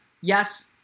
yes